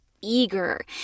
eager